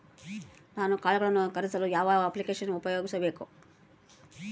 ನಾನು ಕಾಳುಗಳನ್ನು ಖರೇದಿಸಲು ಯಾವ ಅಪ್ಲಿಕೇಶನ್ ಉಪಯೋಗಿಸಬೇಕು?